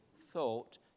thought